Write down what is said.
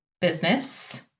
business